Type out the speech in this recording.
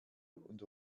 und